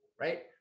right